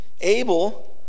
Abel